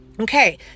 Okay